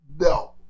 No